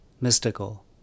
mystical